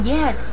，Yes